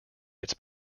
its